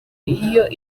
iyo